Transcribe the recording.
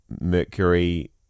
Mercury